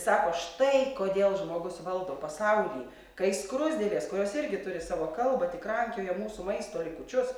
sako štai kodėl žmogus valdo pasaulį kai skruzdėlės kurios irgi turi savo kalbą tik rankioja mūsų maisto likučius